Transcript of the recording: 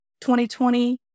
2020